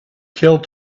kill